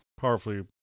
powerfully